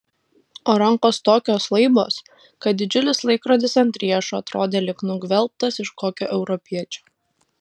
o rankos tokios laibos kad didžiulis laikrodis ant riešo atrodė lyg nugvelbtas iš kokio europiečio